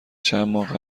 چندماه